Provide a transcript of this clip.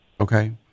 okay